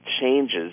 changes